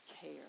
care